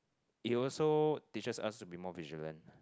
it also teaches us to be more vigilant